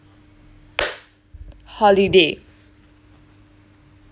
holiday